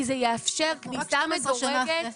כי זה יאפשר כניסה מדורגת.